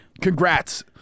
congrats